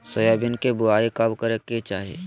Soybean के बुआई कब करे के चाहि?